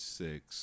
six